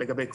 אבל לתת